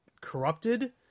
corrupted